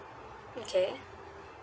okay